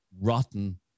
rotten